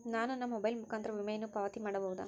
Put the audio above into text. ನಾನು ನನ್ನ ಮೊಬೈಲ್ ಮುಖಾಂತರ ವಿಮೆಯನ್ನು ಪಾವತಿ ಮಾಡಬಹುದಾ?